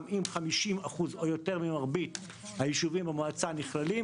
אם 50% או יותר ממרבית הישובים במועצה נכללים,